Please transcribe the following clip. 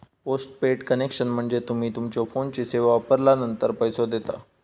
postpaid connection म्हणजे तुम्ही तुमच्यो फोनची सेवा वापरलानंतर पैसो देता